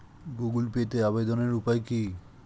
Google পেতে আবেদনের উপায় কি?